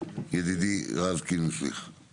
ידידי רז קינסטליך, בבקשה.